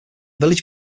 village